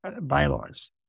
bylaws